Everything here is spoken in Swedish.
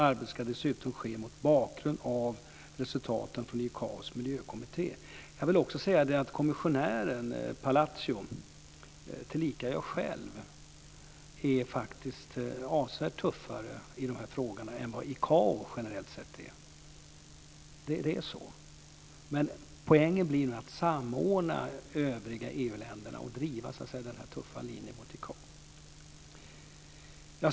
Arbetet ska dessutom ske mot bakgrund av resultaten från ICAO:s miljökommitté. Jag vill också säga att kommissionären Palacio, tillika jag själv, faktiskt är avsevärt tuffare i de här frågorna än vad ICAO generellt sett är. Det är så, men poängen blir nu att samordna de övriga EU-länderna, och driva den här tuffa linjen mot ICAO.